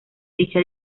dicha